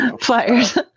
flyers